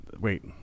Wait